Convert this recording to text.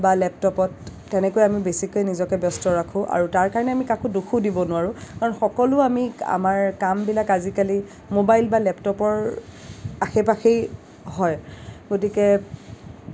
বা লেপটপত তেনেকৈ আমি নিজকে বেছিকৈ ব্যস্ত ৰাখোঁ আৰু তাৰ কাৰণে আমি কাকো দোষো দিব নোৱাৰোঁ কাৰণ সকলো আমি আমাৰ কামবিলাক আজিকালি মোবাইল বা লেপটপৰ আশে পাশেই হয় গতিকে